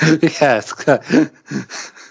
yes